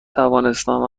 توانستم